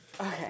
Okay